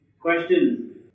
Question